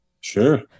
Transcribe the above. Sure